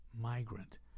migrant